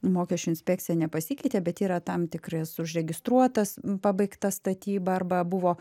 mokesčių inspekcija nepasikeitė bet yra tam tikras užregistruotas pabaigta statyba arba buvo